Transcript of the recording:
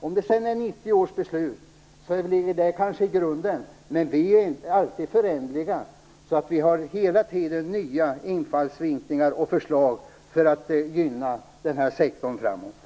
1990 års beslut kanske ligger i grunden, men vi är alltid öppna för förändringar så att vi hela tiden har nya infallsvinklar och förslag för att gynna denna sektor i framtiden.